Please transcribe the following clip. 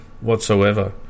whatsoever